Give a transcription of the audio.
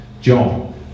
John